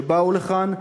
שבאו לכאן,